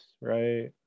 right